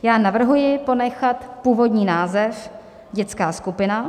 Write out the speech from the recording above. Já navrhuji ponechat původní název dětská skupina.